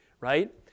right